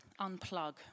unplug